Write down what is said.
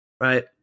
right